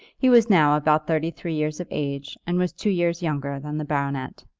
he was now about thirty-three years of age, and was two years younger than the baronet.